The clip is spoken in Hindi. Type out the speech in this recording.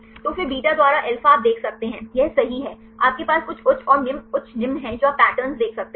तो फिर बीटा द्वारा अल्फा आप देख सकते हैं यह सही है आपके पास कुछ उच्च और निम्न उच्च निम्न है जो आप पैटर्न देख सकते हैं